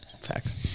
Facts